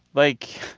like,